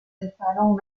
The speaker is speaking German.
entfernung